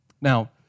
Now